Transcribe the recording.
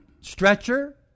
stretcher